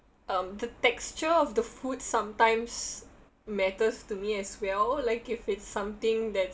um the texture of the food sometimes matters to me as well like if it's something that